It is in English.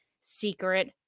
Secret